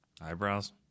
Eyebrows